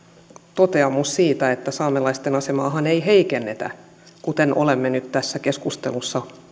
toteamus siitä että saamelaisten asemaahan ei heikennetä kuten olemme nyt tässä keskustelussa